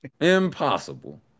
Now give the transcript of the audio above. impossible